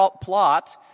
plot